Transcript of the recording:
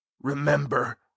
remember